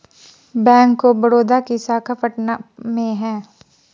Bank of Baroda की शाखा पटना में कहाँ है?